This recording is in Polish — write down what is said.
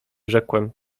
rzekłem